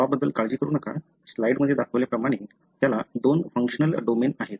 नावाबद्दल काळजी करू नका स्लाइडमध्ये दाखवल्याप्रमाणे त्याला दोन फंक्शनल डोमेन आहेत